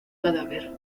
cadáver